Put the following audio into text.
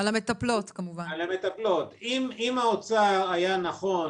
אם האוצר היה נכון,